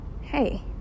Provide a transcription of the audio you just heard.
Hey